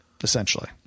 essentially